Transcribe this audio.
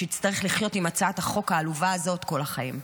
שיצטרך לחיות עם הצעת החוק העלובה הזאת כל החיים.